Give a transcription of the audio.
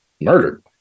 murdered